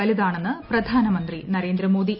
വലുതാണെന്ന് പ്രധാനമന്ത്രി ന്ദേന്ദ്രമോദി